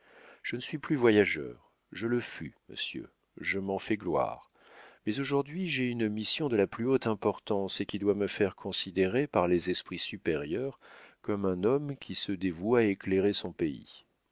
je ne suis plus voyageur je le fus monsieur je m'en fais gloire mais aujourd'hui j'ai une mission de la plus haute importance et qui doit me faire considérer par les esprits supérieurs comme un homme qui se dévoue à éclairer son pays